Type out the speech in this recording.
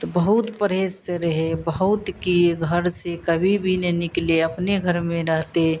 तो बहुत परहेज़ से रहे बहुत किए घर से कभी भी नहीं निकले अपने घर में रहते